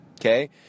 okay